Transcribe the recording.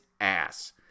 ass